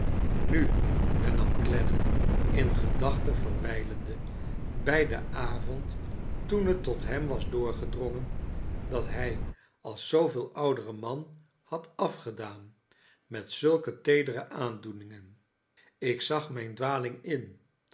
nu herna m clennam in gedachte verwijlende bij den avond toen het tot hem was doorgedrongen dat hij als zooveel oudere man had al'gedaan met zulke teedere aandoeningen ik zag mijn dwaling in